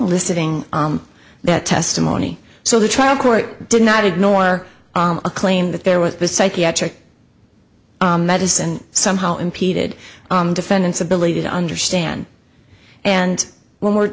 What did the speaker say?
listening to that testimony so the trial court did not ignore a claim that there with the psychiatric medicine somehow impeded defendants ability to understand and when we're